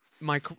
my-